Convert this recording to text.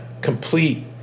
complete